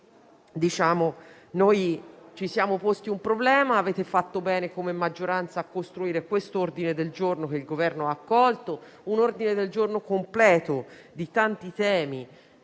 ci siamo posti un problema e avete fatto bene come maggioranza a presentare l'ordine del giorno, che il Governo ha accolto. Un ordine del giorno completo di tanti temi,